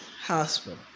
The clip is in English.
Hospital